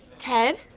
ted.